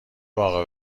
باغ